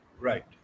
Right